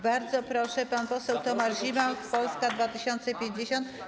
Bardzo proszę, pan poseł Tomasz Zimoch, Polska 2050.